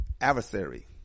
Adversary